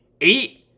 eight